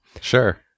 Sure